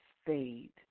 Fade